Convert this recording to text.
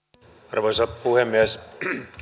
arvoisa puhemies